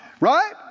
Right